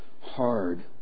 hard